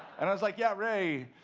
and i was like, yeah, ray.